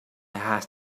had